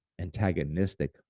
antagonistic